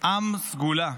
עם סגולה,